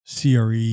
CRE